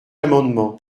amendement